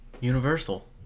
Universal